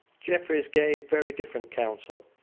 jeffreys gave very different counsel.